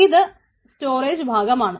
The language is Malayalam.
ഇത് സ്റ്റോറേജ് ഭാഗമാണ്